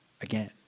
again